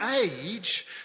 age